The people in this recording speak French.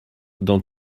dans